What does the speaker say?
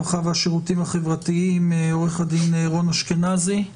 הרווחה והשירותים החברתיים עורך הדין רון אשכנזי,